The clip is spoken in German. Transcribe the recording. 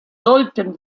sollten